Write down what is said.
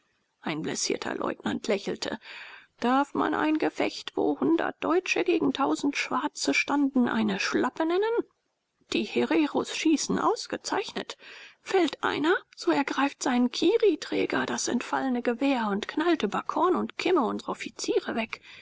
ein blessierter leutnant lächelte darf man ein gefecht wo hundert deutsche gegen tausend schwarze standen eine schlappe nennen die hereros schießen ausgezeichnet fällt einer so ergreift sein kirriträger das entfallene gewehr und knallt über korn und kimme unsre offiziere weg